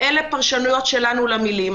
אלה פרשנויות שלנו למילים.